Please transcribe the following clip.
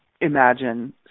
imagine